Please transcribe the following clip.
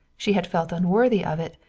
she had felt unworthy of it.